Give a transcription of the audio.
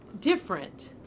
different